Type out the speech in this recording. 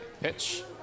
pitch